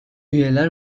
üyeler